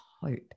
hope